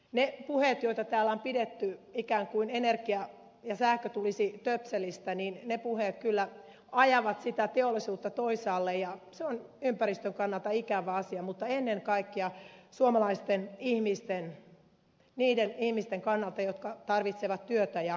ne puheet joita täällä on pidetty ikään kuin energia ja sähkö tulisi töpselistä kyllä ajavat sitä teollisuutta toisaalle ja se on ympäristön kannalta ikävä asia mutta ennen kaikkea suomalaisten ihmisten niiden ihmisten kannalta jotka tarvitsevat työtä ja hyvinvointia